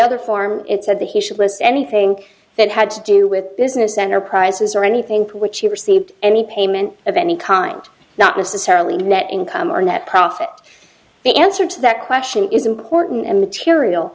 other form it said that he should list anything that had to do with business enterprises or anything to which he received any payment of any kind not necessarily net income or net profit the answer to that question is important immaterial